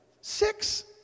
six